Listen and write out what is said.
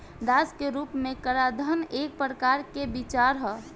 दास के रूप में कराधान एक प्रकार के विचार ह